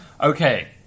Okay